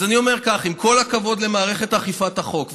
אז אומר כך: עם כל הכבוד למערכת אכיפת החוק,